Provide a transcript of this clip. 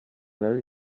very